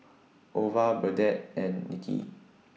Ova Burdette and Nicki